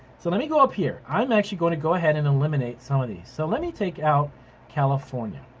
so let me go up here. i'm actually going to go ahead and eliminate some of these. so let me take out california.